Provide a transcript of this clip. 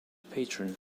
patron